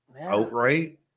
outright